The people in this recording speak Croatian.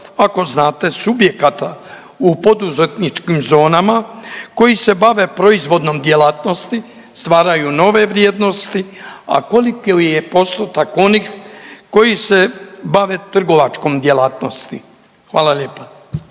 ako znate subjekata u poduzetničkim zonama koji se bave proizvodnom djelatnosti, stvaraju nove vrijednost, a koliki je postotak onih koji se bave trgovačkom djelatnosti? Hvala lijepa.